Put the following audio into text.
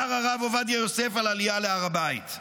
אמר הרב עובדיה יוסף על עלייה להר הבית.